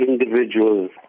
individuals